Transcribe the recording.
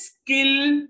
skill